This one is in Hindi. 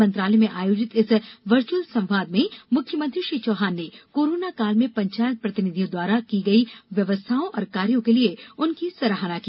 मंत्रालय में आयोजित इस वर्चअल संवाद में मुख्यमंत्री श्री चौहान ने कोरोना काल में पंचायत प्रतिनिधियों द्वारा की गई व्यवस्थाओं और कार्यो के लिए उनकी सराहना की